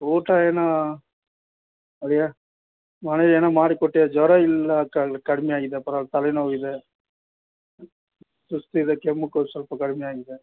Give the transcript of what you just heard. ಊಟ ಏನು ಅದೇ ಮನೆಲೇನೊ ಮಾಡಿಕೊಟ್ಟು ಜ್ವರ ಇಲ್ಲ ಕಳ್ ಕಡ್ಮೆ ಆಗಿದೆ ಪರ್ವಾಗಿಲ್ ತಲೆನೋವಿದೆ ಸುಸ್ತಿದೆ ಕೆಮ್ಮು ಕೊ ಸ್ವಲ್ಪ ಕಡಿಮೆ ಆಗಿದೆ